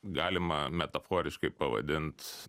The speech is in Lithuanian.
galima metaforiškai pavadint